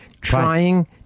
trying